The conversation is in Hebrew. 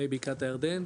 מי בקעת הירדן,